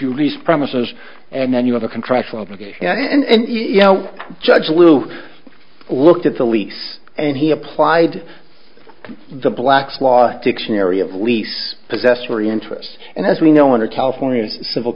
you least promises and then you have a contractual obligation and you know judge lewis looked at the lease and he applied the black's law dictionary of lease possessory interest and as we know under california civil